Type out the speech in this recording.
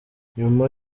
nyuma